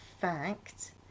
fact